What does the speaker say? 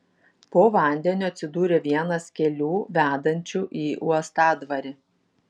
po vandeniu atsidūrė vienas kelių vedančių į uostadvarį